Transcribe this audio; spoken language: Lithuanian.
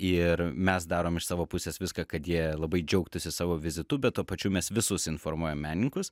ir mes darom iš savo pusės viską kad jie labai džiaugtųsi savo vizitu bet tuo pačiu mes visus informuojam menininkus